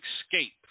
Escape